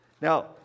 Now